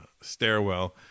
stairwell